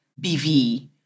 BV